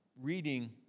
Reading